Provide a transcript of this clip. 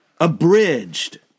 abridged